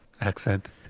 accent